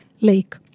lake